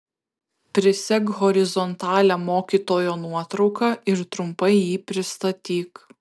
prisek horizontalią mokytojo nuotrauką ir trumpai jį pristatyk